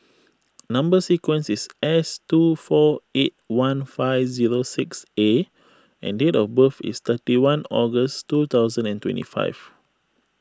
Number Sequence is S two four eight one five zero six A and date of birth is thirty one August two thousand and twenty five